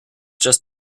just